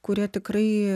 kurie tikrai